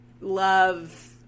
love